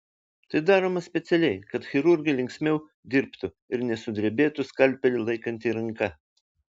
tai daroma specialiai kad chirurgai linksmiau dirbtų ir nesudrebėtų skalpelį laikanti ranka